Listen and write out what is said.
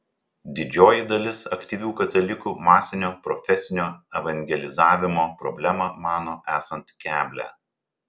didžioji dalis aktyvių katalikų masinio profesinio evangelizavimo problemą mano esant keblią